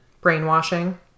Brainwashing